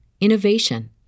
innovation